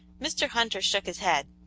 mr. hunter shook his head.